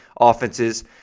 offenses